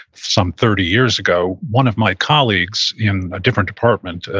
some thirty years ago, one of my colleagues in a different department,